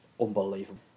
unbelievable